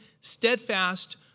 steadfast